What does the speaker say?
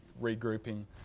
regrouping